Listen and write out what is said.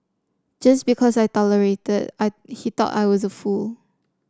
just because I tolerated I he thought I was a fool